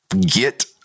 get